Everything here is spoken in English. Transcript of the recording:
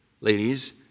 ladies